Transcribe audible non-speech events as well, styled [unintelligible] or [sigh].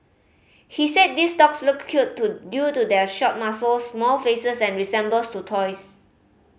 he said these dogs look cute to due to their short muzzles small faces and [unintelligible] to toys